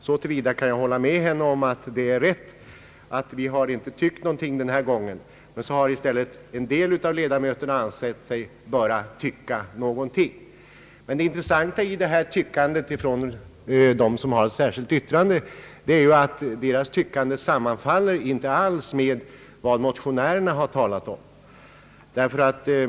Jag kan hålla med henne om att utskottet inte har tyckt någonting den här gången. Men så har i stället en del ledamöter ansett sig böra tycka någonting. Det intressanta med deras tyckande är att det särskilda yttrandet inte alls sammanfaller med vad motionärerna har talat om.